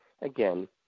again